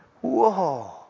Whoa